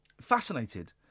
fascinated